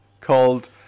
called